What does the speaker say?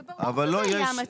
זה ברור שזה יהיה המצב.